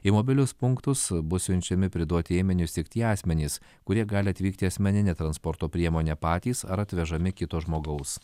į mobilius punktus bus siunčiami priduoti ėminius tik tie asmenys kurie gali atvykti asmenine transporto priemone patys ar atvežami kito žmogaus